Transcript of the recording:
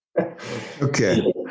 Okay